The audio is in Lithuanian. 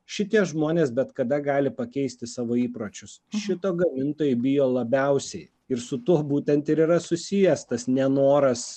šitie žmonės bet kada gali pakeisti savo įpročius šito gamintojai bijo labiausiai ir su tuo būtent ir yra susijęs tas nenoras